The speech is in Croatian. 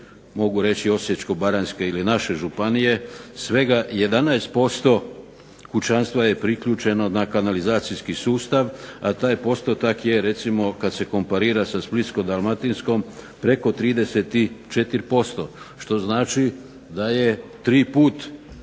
mogu reći Osječko-baranjske ili naše županije, svega 11% kućanstva je priključeno na kanalizacijski sustav, a taj postotak je recimo kad se komparira sa Splitsko-dalmatinskom preko 34%. Što znači da je 3 put